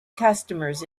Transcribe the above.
customers